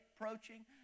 approaching